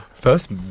First